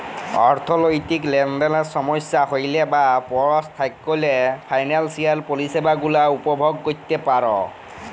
অথ্থলৈতিক লেলদেলে সমস্যা হ্যইলে বা পস্ল থ্যাইকলে ফিলালসিয়াল পরিছেবা গুলা উপভগ ক্যইরতে পার